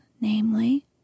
namely